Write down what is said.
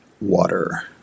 Water